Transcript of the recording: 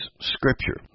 scripture